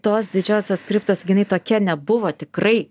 tos didžiosios kriptos gi jinai tokia nebuvo tikrai